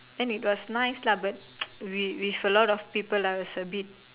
then it was nice lah but with with a lot of people I was a bit